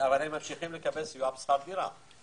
הם ממשיכים לקבל סיוע בשכר דירה.